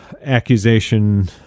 accusation